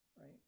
Right